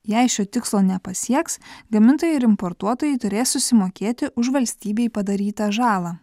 jei šio tikslo nepasieks gamintojai ir importuotojai turės susimokėti už valstybei padarytą žalą